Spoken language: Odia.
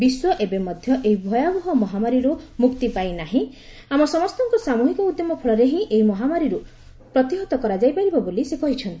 ବିଶ୍ୱ ଏବେ ମଧ୍ୟ ଏହି ଭୟାବହ ମହାମାରୀରୁ ମୁକ୍ତି ପାଇନାହିଁ ଆମ ସମସ୍ତଙ୍କ ସାମୁହିକ ଉଦ୍ୟମ ଫଳରେ ହିଁ ଏହି ମହାମାରୀକୁ ପ୍ରତିହତ କରାଯାଇ ପାରିବ ବୋଲି ସେ କହିଛନ୍ତି